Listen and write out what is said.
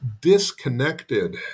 disconnected